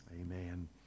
Amen